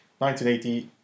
1980